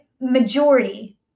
Majority